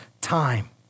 time